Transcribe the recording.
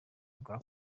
bwa